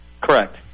Correct